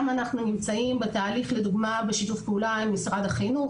זה תהליך שנעשה עם משרד החינוך למשל.